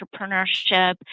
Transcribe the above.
entrepreneurship